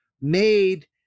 made